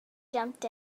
jumped